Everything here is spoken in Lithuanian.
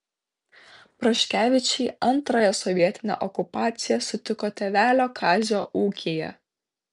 praškevičiai antrąją sovietinę okupaciją sutiko tėvelio kazio ūkyje